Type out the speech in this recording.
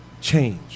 change